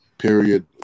Period